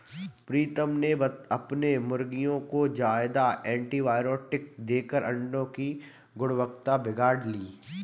प्रीतम ने अपने मुर्गियों को ज्यादा एंटीबायोटिक देकर अंडो की गुणवत्ता बिगाड़ ली